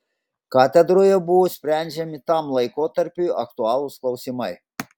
katedroje buvo sprendžiami tam laikotarpiui aktualūs klausimai